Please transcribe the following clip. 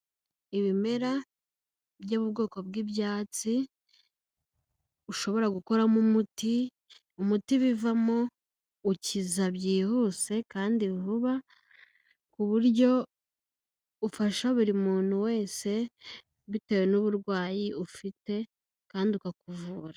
Ibimera byo mu bwoko bw'ibyatsi, ushobora gukoramo umuti, umuti bivamo ukiza byihuse kandi vuba, ku buryo ufasha buri muntu wese, bitewe n'uburwayi ufite kandi ukakuvura.